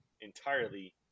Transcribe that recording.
entirely